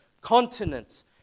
continents